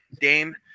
Dame